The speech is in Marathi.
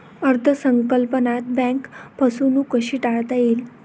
अर्थ संकल्पात बँक फसवणूक कशी टाळता येईल?